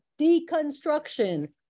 Deconstruction